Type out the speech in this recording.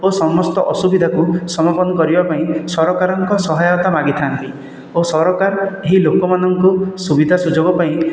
ଓ ସମସ୍ତ ଅସୁବିଧାକୁ ସମାପନ କରିବା ପାଇଁ ସରକାରଙ୍କ ସହାୟତା ମାଗି ଥା'ନ୍ତି ଓ ସରକାର ଏହି ଲୋକ ମାନଙ୍କୁ ସୁବିଧା ସୁଯୋଗ ପାଇଁ